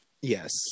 yes